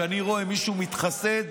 כשאני רואה מישהו מתחסד,